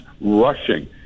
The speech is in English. rushing